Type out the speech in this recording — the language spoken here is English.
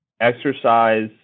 exercise